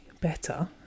better